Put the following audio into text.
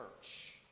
church